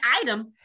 item